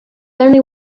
only